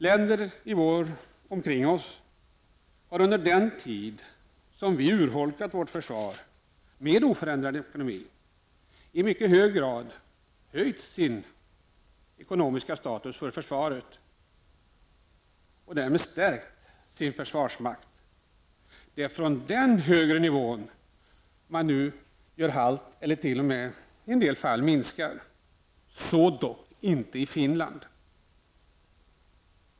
Länder omkring oss har under den tid som vi har urholkat vårt försvar med oförändrad ekonomi i mycket hög grad höjt sin ekonomiska status för försvaret och därmed förstärkt sina försvarsmakter. Det är från den högre nivån man nu gör halt eller t.o.m. minskar, dock ej i Finland.